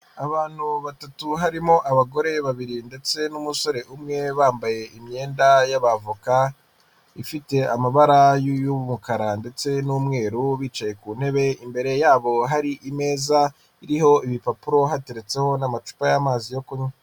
Abantu batatu harimo abagore babiri ndetse n'umusore umwe bambaye imyenda y'abavoka ifite amabara y'umukara ndetse n'umweru bicaye ku ntebe imbere yabo hari imeza iriho ibipapuro, hateretseho n'amacupa y'amazi yo kunywa.